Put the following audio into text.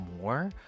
more